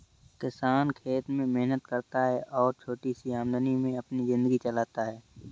किसान खेत में मेहनत करता है और छोटी सी आमदनी में अपनी जिंदगी चलाता है